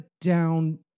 down